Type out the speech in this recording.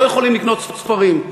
לא יכולים לקנות ספרים.